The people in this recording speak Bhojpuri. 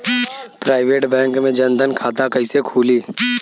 प्राइवेट बैंक मे जन धन खाता कैसे खुली?